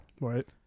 right